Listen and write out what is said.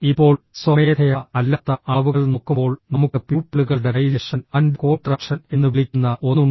ഇപ്പോൾ സ്വമേധയാ അല്ലാത്ത അളവുകൾ നോക്കുമ്പോൾ നമുക്ക് പ്യൂപ്പിളുകളുടെ ഡൈലേഷൻ ആൻഡ് കോൺട്രാക്ഷൻ എന്ന് വിളിക്കുന്ന ഒന്ന് ഉണ്ട്